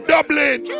Dublin